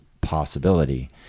possibility